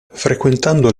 frequentando